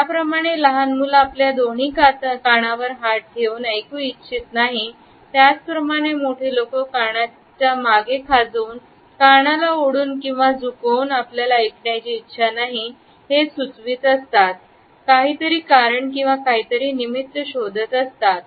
ज्याप्रमाणे लहान मुलं आपल्या दोन्ही कानावर हात ठेवून ऐकू इच्छित नाहीत्याच प्रमाणे मोठे लोक कानाच्या मागे खाजवुन कानाला ओढवून किंवा झुकवून आपल्याला ऐकण्याची इच्छा नाही हे सुचवत काहीतरी कारण किंवा निमित्त शोधत असतात